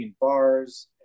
bars